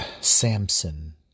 Samson